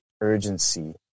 urgency